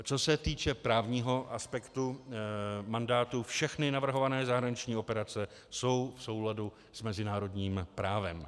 Co se týče právního aspektu mandátu, všechny navrhované zahraniční operace jsou v souladu s mezinárodním právem.